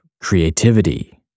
creativity